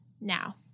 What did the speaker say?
now